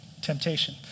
Temptation